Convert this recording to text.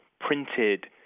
printed